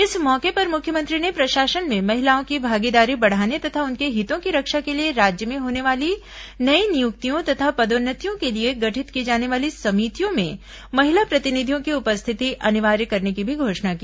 इस मौके पर मुख्यमंत्री ने प्रशासन में महिलाओं की भागीदारी बढ़ाने तथा उनके हितों की रक्षा के लिए राज्य में होने वाली नई नियुक्तियों तथा पदोन्नतियों के लिए गठित की जाने वाली समितियों में महिला प्रतिनिधियों की उपस्थिति अनिवार्य करने की भी घोषणा की